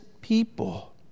people